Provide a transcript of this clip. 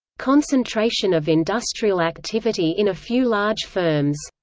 concentration of industrial activity in a few large firms.